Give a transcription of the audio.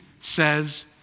says